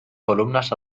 columnas